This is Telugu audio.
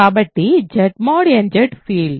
కాబట్టి Z mod nZ ఫీల్డ్